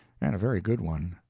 and a very good one.